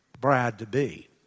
bride-to-be